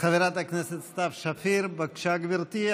חברת הכנסת סתיו שפיר, בבקשה, גברתי.